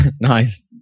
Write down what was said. Nice